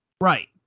Right